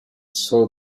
saw